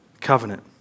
covenant